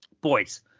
Boys